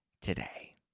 today